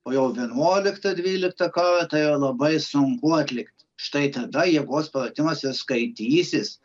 o jau vienuolikta dvylikta karta yra labai sunku atlikt štai tada jėgos pratimas ir skaitysis